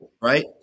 Right